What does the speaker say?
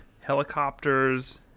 helicopters